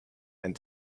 and